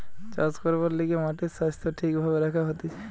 চাষ করবার লিগে মাটির স্বাস্থ্য ঠিক ভাবে রাখা হতিছে